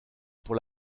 pour